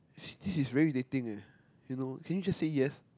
this is very irritating leh you know can you just say yes